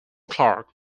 clark